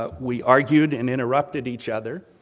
but we argued and interrupted each other,